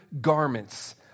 garments